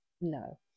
No